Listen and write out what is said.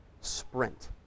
sprint